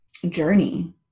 journey